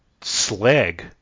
slag